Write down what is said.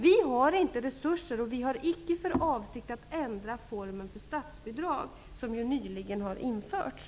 Vi har inte resurser, och vi har icke för avsikt att ändra formen för statsbidrag som nyligen har införts.